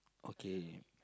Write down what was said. okay